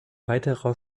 weiterer